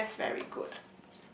I think that's very good